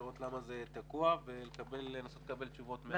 לראות למה זה תקוע ולנסות לקבל תשובות בנושא.